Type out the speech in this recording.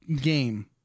game